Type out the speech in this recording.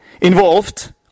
involved